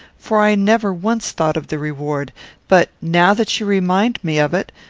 for i never once thought of the reward but, now that you remind me of it,